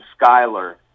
Skyler